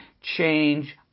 change